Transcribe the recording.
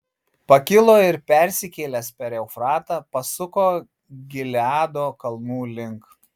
pakilo ir persikėlęs per eufratą pasuko gileado kalnų link